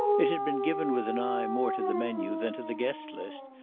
it had been given with an eye more to the menu than to the guest list,